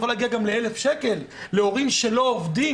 יכול להגיע גם לאלף שקל להורים שלא עובדים,